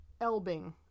Elbing